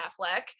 Affleck